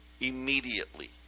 immediately